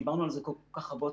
דיברנו על זה כל כך רבות,